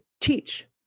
teach